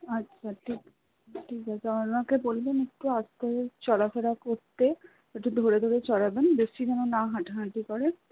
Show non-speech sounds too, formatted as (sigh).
আচ্ছা ঠিক আছে ঠিক আছে ওঁকে বলবেন একটু (unintelligible) চলাফেরা করতে একটু ধরে ধরে চলাবেন বেশি যেন না হাঁটাহাঁটি করে